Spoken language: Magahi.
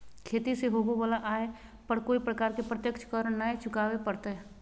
खेती से होबो वला आय पर कोय प्रकार के प्रत्यक्ष कर नय चुकावय परतय